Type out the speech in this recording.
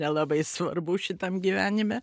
nelabai svarbu šitam gyvenime